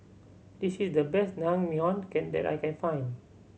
this is the best Naengmyeon can that I can find